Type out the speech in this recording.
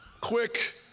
quick